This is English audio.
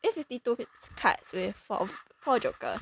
eh fifty two fift~ cards with four four joker